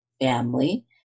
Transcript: family